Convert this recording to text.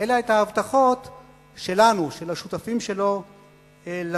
אלא את ההבטחות שלנו, של השותפים שלו לממשלה.